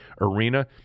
arena